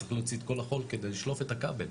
צריך להוציא את כל החול כדי לשלוף את הכבל,